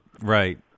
right